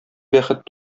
бәхет